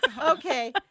okay